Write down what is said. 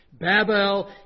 Babel